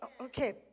okay